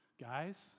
guys